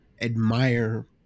admire